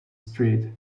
street